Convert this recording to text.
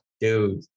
Dude